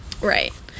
Right